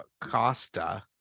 Costa